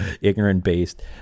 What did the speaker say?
ignorant-based